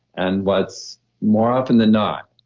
and what's more often than not,